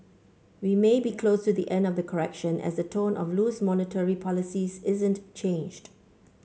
we may be close to the end of the correction as the tone of loose monetary policies isn't changed